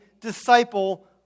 disciple